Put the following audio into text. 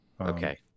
Okay